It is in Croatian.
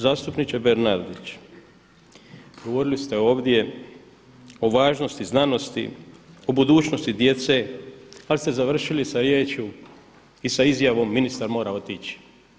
Zastupniče Bernardić, govorili ste ovdje o važnosti znanosti, o budućnosti djece ali ste završili sa riječju i sa izjavom ministar mora otići.